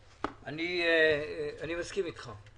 אני מסכים אתך.